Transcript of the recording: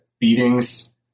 beatings